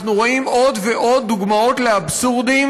אנחנו רואים עוד ועוד דוגמאות לאבסורדים